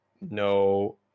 no